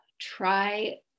try